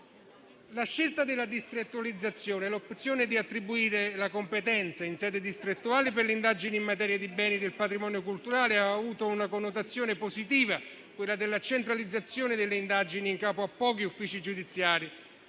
La scelta della distrettualizzazione (l'opzione di attribuire la competenza in sede distrettuale per le indagini in materia di beni del patrimonio culturale) ha avuto una connotazione positiva, quella della centralizzazione delle indagini in capo a pochi uffici giudiziari,